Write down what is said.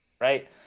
right